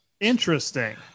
Interesting